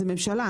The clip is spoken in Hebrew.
זאת ממשלה,